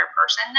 person